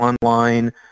online